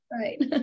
right